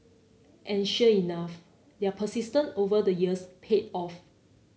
and sure enough their persistence over the years paid off